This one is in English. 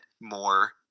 more